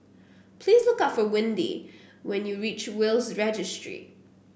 please look for Windy when you reach Will's Registry